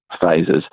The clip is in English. phases